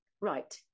right